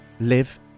live